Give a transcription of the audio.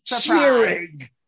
cheering